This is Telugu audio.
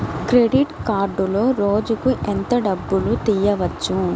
క్రెడిట్ కార్డులో రోజుకు ఎంత డబ్బులు తీయవచ్చు?